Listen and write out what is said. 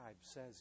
says